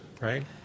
right